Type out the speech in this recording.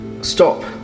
stop